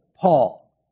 Paul